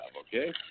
Okay